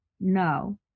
no